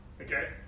Okay